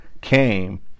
came